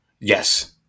yes